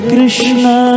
Krishna